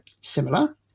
similar